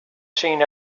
seen